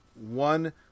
one